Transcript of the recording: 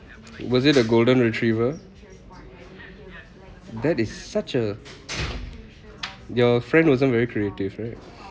it wasn't a golden retriever that is such a your friend wasn't very creative right